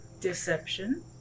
Deception